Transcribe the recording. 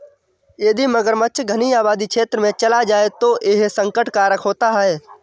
यदि मगरमच्छ घनी आबादी क्षेत्र में चला जाए तो यह संकट कारक होता है